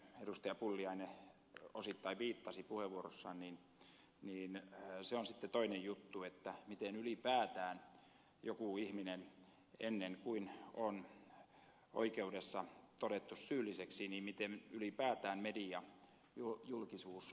pulliainen osittain viittasi puheenvuorossaan niin se on sitten toinen juttu miten ylipäätään media julkisuus voi jonkun ihmisen tuomita ennen kuin hänet on oikeudessa todettu syylliseksi niin miten ylipäätään media eu julkisuus